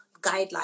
guidelines